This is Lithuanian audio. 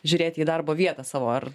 žiūrėti į darbo vietą savo ar